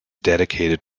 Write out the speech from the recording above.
dedicated